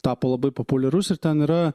tapo labai populiarus ir ten yra